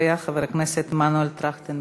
אחריה, חבר הכנסת מנואל טרכטנברג.